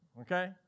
Okay